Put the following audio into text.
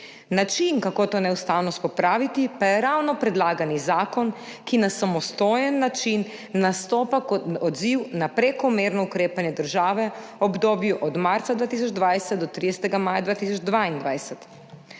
Način, kako to neustavnost popraviti, pa je ravno predlagani zakon, ki na samostojen način nastopa kot odziv na prekomerno ukrepanje države v obdobju od marca 2020 do 30. maja 2022.